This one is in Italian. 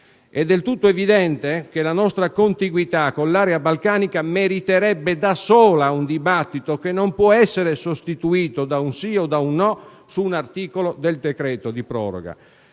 È del tutto evidente che la nostra contiguità con l'area balcanica meriterebbe da sola un dibattito, che non può essere sostituito da un sì o un no su un articolo del decreto-legge di proroga.